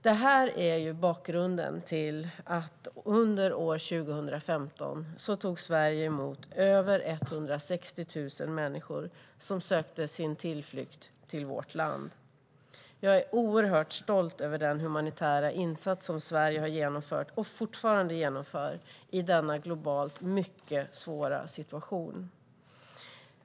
Det är bakgrunden till att Sverige under 2015 tog emot över 160 000 människor som sökte sin tillflykt till vårt land. Jag är oerhört stolt över den humanitära insats som Sverige har genomfört, och fortfarande genomför, i denna globalt mycket svåra situation.